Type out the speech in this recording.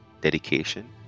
dedication